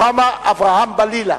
אברהם-בלילא.